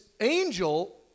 angel